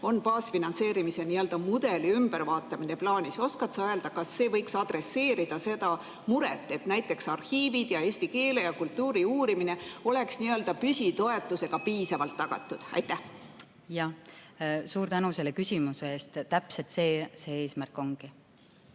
on baasfinantseerimise n-ö mudeli ümbervaatamine. Oskad sa öelda, kas see võiks arvestada seda muret, et näiteks arhiivid ning eesti keele ja kultuuri uurimine oleks püsitoetusega piisavalt tagatud? Suur tänu selle küsimuse eest! Täpselt see eesmärk ongi.